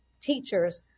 teachers